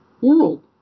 world